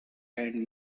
and